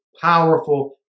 powerful